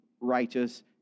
righteous